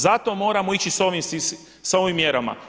Zato moramo ići sa ovim mjerama.